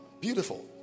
Beautiful